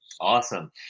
awesome